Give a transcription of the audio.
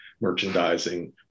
merchandising